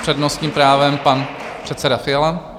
S přednostním právem pan předseda Fiala.